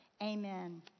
Amen